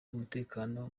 umutekano